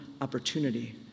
opportunity